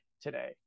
today